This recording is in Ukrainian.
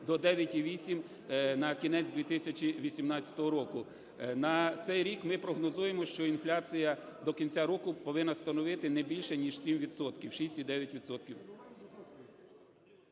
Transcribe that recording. до 9,8 на кінець 2018 року. На цей рік ми прогнозуємо, що інфляція до кінця року повинна становити не більше ніж 7